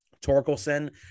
Torkelson